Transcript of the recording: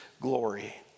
glory